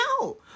no